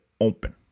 open